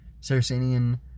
Saracenian